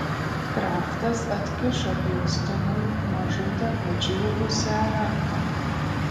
kraftas atkišo hiustonui mažutę padžiūvusią ranką